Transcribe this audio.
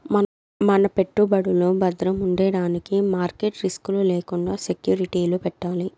మన పెట్టుబడులు బద్రముండేదానికి మార్కెట్ రిస్క్ లు లేకండా సెక్యూరిటీలు పెట్టాలి